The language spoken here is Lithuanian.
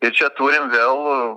ir čia turim vėl